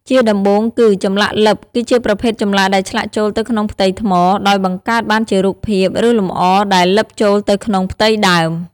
ជាដំបូងគឺ ចម្លាក់លិប គឺជាប្រភេទចម្លាក់ដែលឆ្លាក់ចូលទៅក្នុងផ្ទៃថ្ម ដោយបង្កើតបានជារូបភាព ឬលម្អដែល លិចចូលទៅក្នុងផ្ទៃដើម។